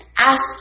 Ask